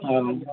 औ